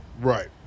Right